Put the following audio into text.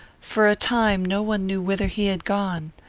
for a time, no one knew whither he had gone.